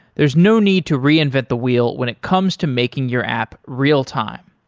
there's no need to reinvent the wheel when it comes to making your app real-time.